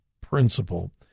principle